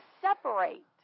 separate